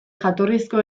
jatorrizko